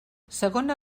segona